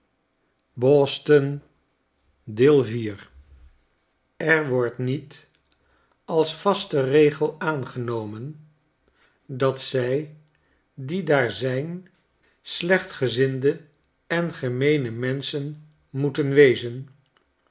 er wordt niet als vaste regel aangenomen dat zij die daar zijn slechtgezinde en gemeene menschen moeten wezen